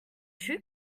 too